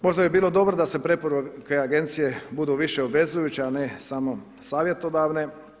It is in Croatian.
Možda bi bilo dobro da se preporuke agencije budu više obvezujuće, a ne samo savjetodavne.